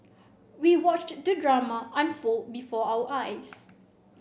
we watched the drama unfold before our eyes